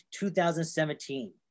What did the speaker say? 2017